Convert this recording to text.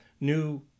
new